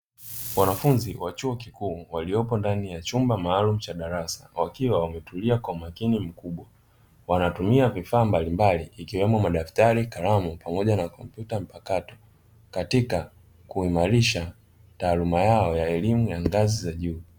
Wanafunzi wa chuo kikuu waliopo ndani ya chumba maalumu cha darasa wakiwa wametulia kwa umakini mkubwa, wanatumia vifaa mbalimbali ikiwemo madaftari, kalamu pamoja na kompyuta mpakato katika kuimarisha taaluma yao ya elimu ya ngazi za juu.